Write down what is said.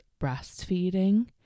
breastfeeding